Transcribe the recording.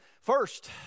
first